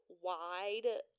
wide